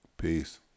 Peace